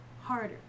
harder